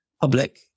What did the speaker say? public